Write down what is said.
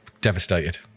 devastated